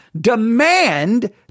demand